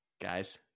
Guys